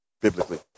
biblically